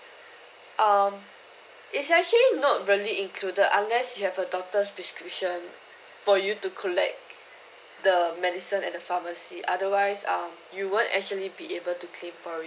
um it's actually not really included unless you have a doctor's prescription for you to collect the medicine at the pharmacy otherwise um you won't actually be able to claim for it